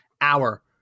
hour